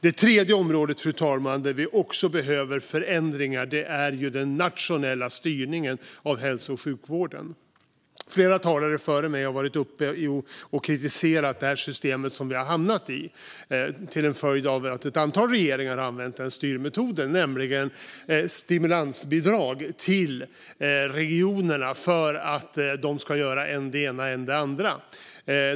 Det tredje området, fru talman, där vi också behöver förändringar är den nationella styrningen av hälso och sjukvården. Flera talare före mig har kritiserat det system vi har hamnat i till följd av att ett antal regeringar har använt en styrmetod med stimulansbidrag till regionerna för att de ska göra än det ena, än det andra.